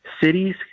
Cities